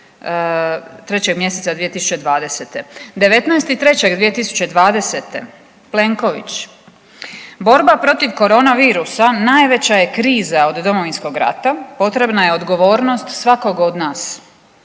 3. mjeseca 2020. 19. 03. 2020. Plenković: „Borba protiv korona virusa najveća je kriza od Domovinskog rata. Potrebna je odgovornost svakoga od nas.“